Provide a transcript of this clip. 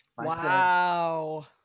Wow